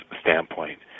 standpoint